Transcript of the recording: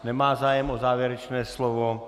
Nemá zájem o závěrečné slovo.